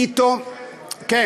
פתאום, חלק-חלק.